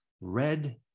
red